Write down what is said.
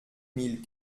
mille